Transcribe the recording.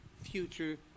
future